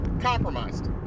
compromised